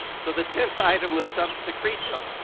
so the tenth item was sub secreto,